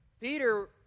Peter